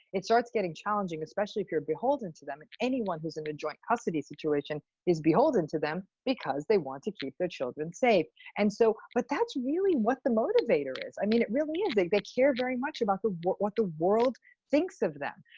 it starts getting challenging, especially if you're beholden to them. and anyone who's in a joint custody situation is beholden to them because they want to keep their children safe. and so but that's really what the motivator is. i mean, it really is. they they care very much about what what the world thinks of them.